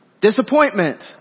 Disappointment